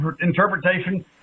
interpretation